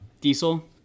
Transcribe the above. Diesel